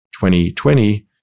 2020